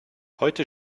heute